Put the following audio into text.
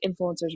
influencers